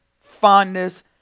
fondness